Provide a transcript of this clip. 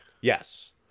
Yes